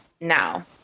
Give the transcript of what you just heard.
now